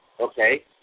okay